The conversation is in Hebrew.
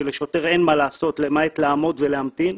שלשוטר אין מה לעשות למעט לעמוד ולהמתין.